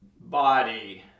body